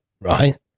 Right